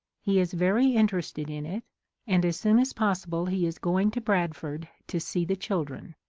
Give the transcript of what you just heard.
he is very interested in it and as soon as possible he is going to bradford to see the children.